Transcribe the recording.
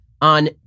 on